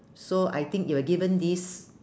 so I think if I given this